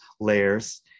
layers